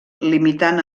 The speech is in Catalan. limitant